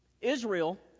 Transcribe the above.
Israel